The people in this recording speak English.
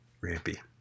Rampy